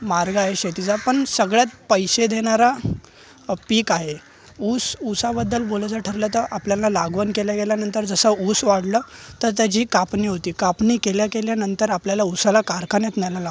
मार्ग आहे शेतीचा पन सगळ्यात पैसे देणारा पीक आहे ऊस उसाबद्दल बोलायचं ठरलं तर आपल्याला लागवन केल्याकेल्यानंतर जसा ऊस वाढला त त्याची कापणी होते कापणी केल्याकेल्यानंतर आपल्याला उसाला कारखान्यात न्यायला लागतं